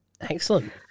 Excellent